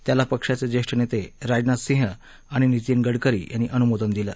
त्याला पक्षाचे ज्येष्ठ नेते राजनाथ सिंह आणि नितीन गडकरी यांनी अनुमोदन दिलं